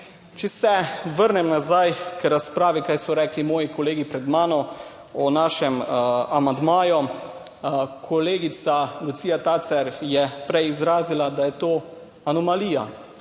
Če se vrnem nazaj k razpravi, kaj so rekli moji kolegi pred mano o našem amandmaju. Kolegica Lucija Tacer je prej izrazila, da je to anomalija.